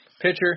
Pitcher